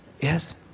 Yes